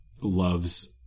loves